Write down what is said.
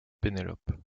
pénélope